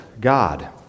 God